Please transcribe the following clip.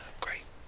great